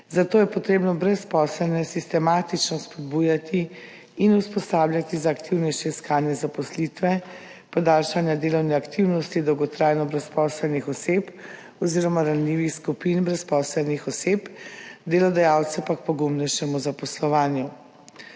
zato je treba brezposelne sistematično spodbujati in usposabljati za aktivnejše iskanje zaposlitve, podaljšanje delovne aktivnosti dolgotrajno brezposelnih oseb oziroma ranljivih skupin brezposelnih oseb, delodajalce pa [spodbujati] k pogumnejšemu zaposlovanju.